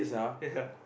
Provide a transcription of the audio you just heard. ya